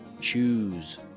choose